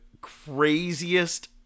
craziest